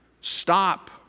stop